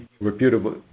Reputable